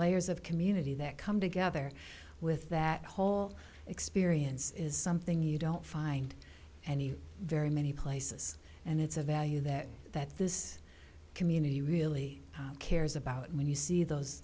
layers of community that come together with that whole experience is something you don't find and you very many places and it's a value that that this community really cares about when you see